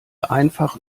einfach